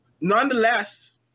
nonetheless